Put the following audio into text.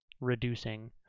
reducing